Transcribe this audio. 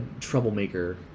troublemaker